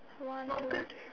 one two three